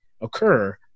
occur